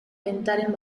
bentaren